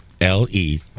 L-E